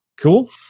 Cool